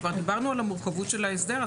כבר דיברנו על המורכבות של ההסדר,